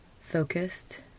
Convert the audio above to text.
focused